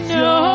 no